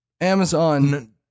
Amazon